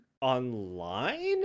Online